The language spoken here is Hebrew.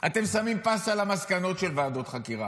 אתם שמים פס על המסקנות של ועדות חקירה.